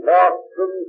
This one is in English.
Boston